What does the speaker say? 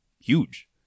huge